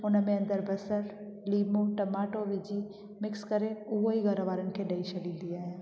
हुनमें अंदरि बसर लीमो टमाटो विझी मिक्स करे उहेई घर वारनि खे ॾेई छॾींदी आहियां